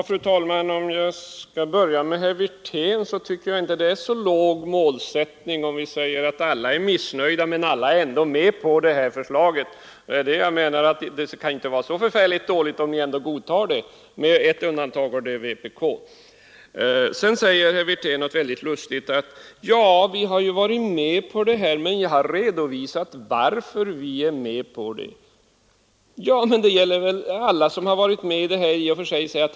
Fru talman! Om jag skall börja med herr Wirtén, tycker jag inte att det är så låg målsättning om man säger att alla är missnöjda men alla är ändå med på förslaget. Det kan inte vara så förfärligt dåligt om ni i alla fall godtar det med ett undantag, och det är vpk. Sedan sade herr Wirtén något väldigt lustigt: Vi har ju varit med på detta, men jag har redovisat varför vi är med på det. Men, herr Wirtén, det gäller väl i och för sig alla.